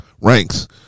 ranks